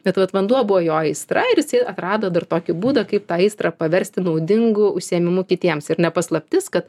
bet vat vanduo buvo jo aistra ir jisai atrado dar tokį būdą kaip tą aistrą paversti naudingu užsiėmimu kitiems ir ne paslaptis kad